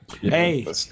Hey